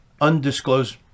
undisclosed